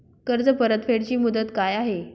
कर्ज परतफेड ची मुदत काय आहे?